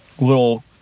little